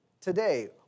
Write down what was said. today